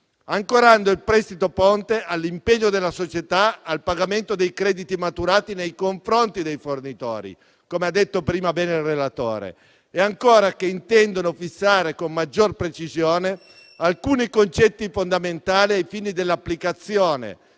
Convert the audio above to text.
ancorando il prestito ponte all'impegno della società al pagamento dei crediti maturati nei confronti dei fornitori, come ha detto prima bene il relatore, e intendono fissare con maggior precisione alcuni concetti fondamentali ai fini dell'applicazione